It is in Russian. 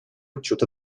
отчет